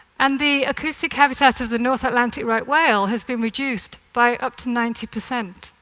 and the acoustic habitat of the north atlantic right whale has been reduced by up to ninety percent.